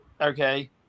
Okay